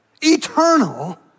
eternal